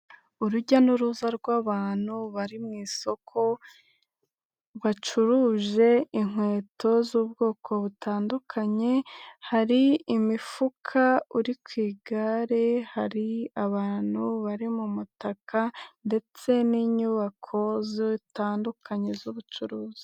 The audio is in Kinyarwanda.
Urujya n'uruza rw'abantu bari mu isoko, bacuruje inkweto z'ubwoko butandukanye, hari imifuka uri ku igare hari abantu bari mu mutaka ndetse n'inyubako zitandukanye z'ubucuruzi.